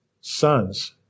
sons